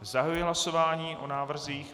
Zahajuji hlasování o návrzích.